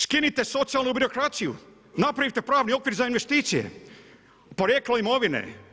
Skinite socijalnu birokraciju, napravite pravni okvir za investicije, porijeklo imovine.